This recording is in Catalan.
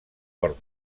port